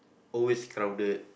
always crowded